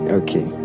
okay